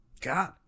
God